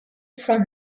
from